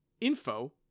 info